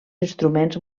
instruments